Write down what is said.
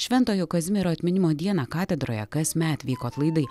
šventojo kazimiero atminimo dieną katedroje kasmet vyko atlaidai